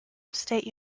state